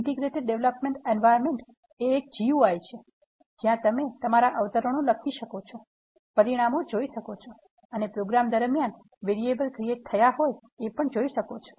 integrated development environment એ એક GUI છે જ્યાં તમે તમારા અવતરણો લખી શકો છો પરિણામો જોઈ શકો છો અને પ્રોગ્રામિંગ દરમિયાન વેરીએબલ ક્રિએટ થયા હોય એ પણ જોઇ શકો છો